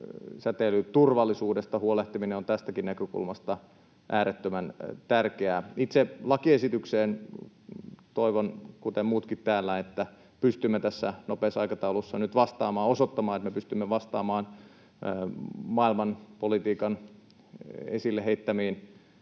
Säteilyturvallisuudesta huolehtiminen on tästäkin näkökulmasta äärettömän tärkeää. Itse lakiesitykseen toivon, kuten muutkin täällä, että pystymme tässä nopeassa aikataulussa nyt osoittamaan, että me pystymme vastaamaan maailmanpolitiikan esille heittämiin